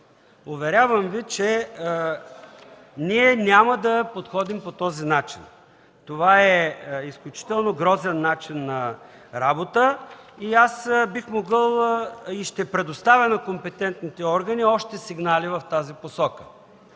Уверявам Ви, че ние няма да подходим по този начин. Това е изключително грозен начин на работа. Аз бих могъл и ще предоставя на компетентните органи още сигнали в тази посока